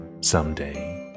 someday